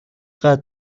قتل